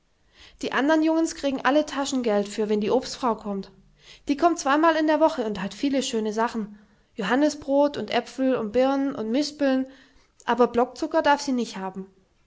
die andern jungens krigen alle taschengeld für wenn die obstfrau kommt die kommt zweimal in der woche und hat viele schöne sachen johannisbrot und äpfel und birn und mispeln aber blockzucker darf sie nicht haben